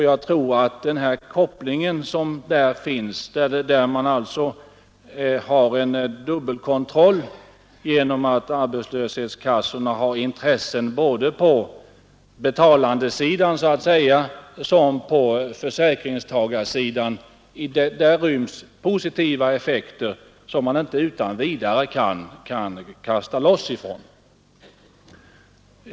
Jag tror att den koppling som här finns, med något av dubbelkontroll, genom att arbetslöshetskassorna har intressen både på betalandesidan och på försäkringstagarsidan, rymmer positiva effekter som man inte utan vidare kan kasta loss ifrån.